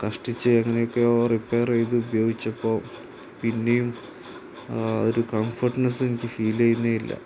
കഷ്ടിച്ചെങ്ങനെയൊക്കെയോ repair ചെയ്തുപയോഗിച്ചപ്പോൾ പിന്നെയും ഒരു കംഫോര്ട്ട്നെസ്സ് എനിക്ക് ഫീൽ ചെയ്യുന്നത് ഇല്ല